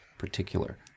Particular